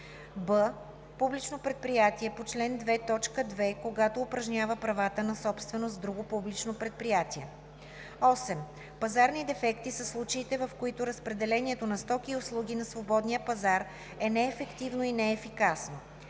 б) публично предприятие по чл. 2, т. 2, когато упражнява правата на собственост в друго публично предприятие. 8. „Пазарни дефекти“ са случаите, в които разпределението на стоки и услуги на свободния пазар е неефективно и неефикасно.